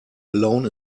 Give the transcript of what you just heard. alone